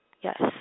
Yes